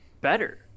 better